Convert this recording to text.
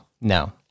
No